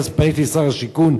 אז פניתי לשר השיכון,